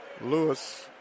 Lewis